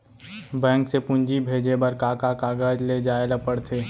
Bank से पूंजी भेजे बर का का कागज ले जाये ल पड़थे?